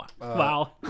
Wow